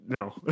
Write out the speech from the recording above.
No